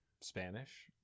Spanish